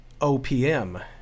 OPM